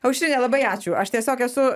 aušrine labai ačiū aš tiesiog esu